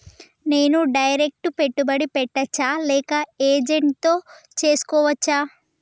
నేను డైరెక్ట్ పెట్టుబడి పెట్టచ్చా లేక ఏజెంట్ తో చేస్కోవచ్చా?